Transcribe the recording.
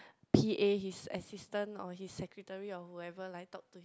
P_A his assistant or his secretary of whoever like talk to him